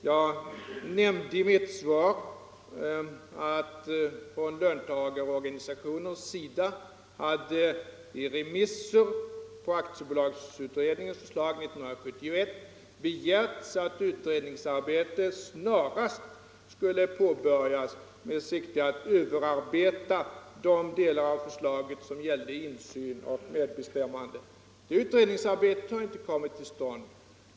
Jag nämnde i mitt anförande att från löntagarorganisationers sida hade i remisser på aktiebolagsutredningens förslag 1971 begärts att utredningsarbetet snarast skulle påbörjas med sikte på att överarbeta de delar av förslaget som gällde insyn och medbestämmande. Detta utredningsarbete har inte kommit till stånd.